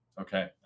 Okay